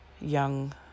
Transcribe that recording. young